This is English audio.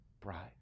bride